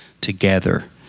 together